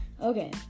Okay